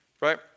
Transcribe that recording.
Right